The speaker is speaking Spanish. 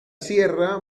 sierra